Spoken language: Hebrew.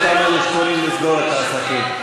לאותם אלה שקוראים לסגור את העסקים.